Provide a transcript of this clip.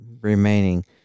remaining